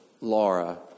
Laura